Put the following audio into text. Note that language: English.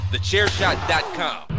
TheChairShot.com